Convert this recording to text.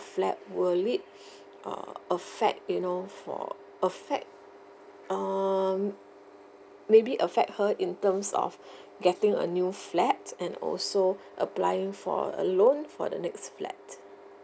flat will it uh affect you know for affect um maybe affect her in terms of getting a new flat and also applying for a loan for the next flat